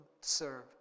serve